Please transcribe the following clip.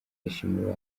yishimira